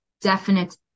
definite